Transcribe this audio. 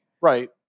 Right